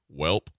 Welp